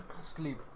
Sleep